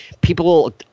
people